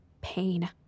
pain